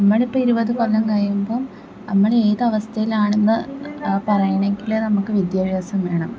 ഇമ്മളിപ്പം ഇരുപത് കൊല്ലം കഴിയുമ്പം നമ്മൾ ഏത് അവസ്ഥയിലാണെന്ന് പറയണെങ്കിൽ നമുക്ക് വിദ്യാഭ്യാസം വേണം